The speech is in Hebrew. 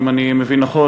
אם אני מבין נכון,